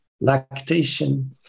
lactation